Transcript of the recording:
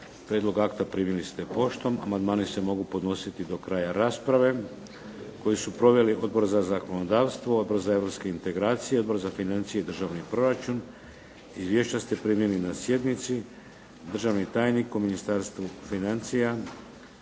Prijedlog akta primili ste poštom. Amandmani se mogu podnositi do kraja rasprave koju su proveli Odbor za zakonodavstvo, Odbor za europske integracije, Odbor za financije i državni proračun. Izvješća ste primili na sjednici. Državni tajnik u Ministarstvu financija